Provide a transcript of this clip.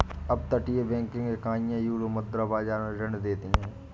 अपतटीय बैंकिंग इकाइयां यूरोमुद्रा बाजार में ऋण देती हैं